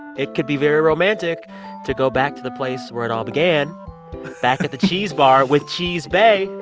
it could be very romantic to go back to the place where it all began back at the cheese bar with cheese bae.